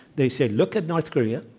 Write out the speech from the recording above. they say, look at north korea.